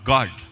God